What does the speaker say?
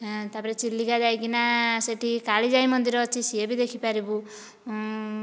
ତାପରେ ଚିଲିକା ଯାଇକିନା ସେଇଠି କାଳୀଯାଇ ମନ୍ଦିର ଅଛି ସିଏ ଭି ଦେଖିପାରିବୁ